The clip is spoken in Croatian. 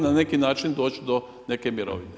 neki način doći do neke mirovine.